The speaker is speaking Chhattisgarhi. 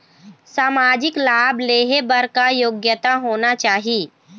सामाजिक लाभ लेहे बर का योग्यता होना चाही?